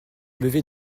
lever